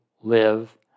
live